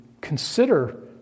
consider